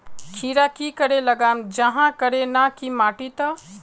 खीरा की करे लगाम जाहाँ करे ना की माटी त?